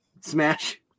smash